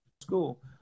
school